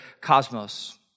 cosmos